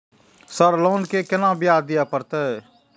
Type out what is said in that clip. Sir loan के केना ब्याज दीये परतें?